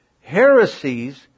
heresies